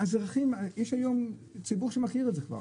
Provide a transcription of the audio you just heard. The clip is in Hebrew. היום יש ציבור שכבר מכיר את זה.